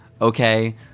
Okay